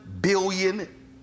billion